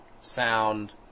sound